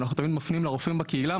אז אנחנו מפנים לרופא בקהילה,